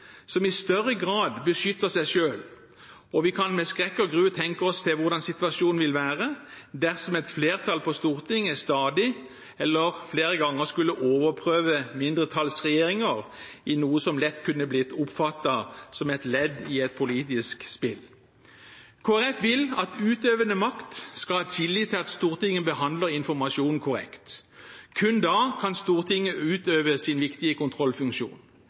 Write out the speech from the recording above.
som i større grad beskytter seg selv. Og vi kan med skrekk og gru tenke oss hvordan situasjonen vil være dersom et flertall på Stortinget stadig – eller flere ganger – skulle overprøve mindretallsregjeringer i noe som lett kunne bli oppfattet som et ledd i et politisk spill. Kristelig Folkeparti vil at den utøvende makt skal ha tillit til at Stortinget behandler informasjon korrekt. Kun da kan Stortinget utøve sin viktige kontrollfunksjon.